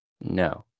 No